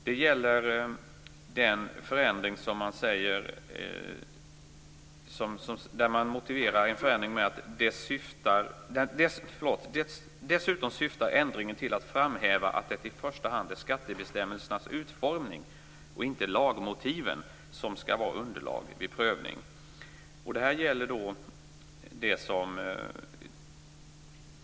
Det som jag nu vill ta upp gäller att man motiverar en förändring med att ändringen dessutom syftar till att framhäva att det i första hand är skattebestämmelsernas utformning och inte lagmotiven som skall vara underlag vid prövning.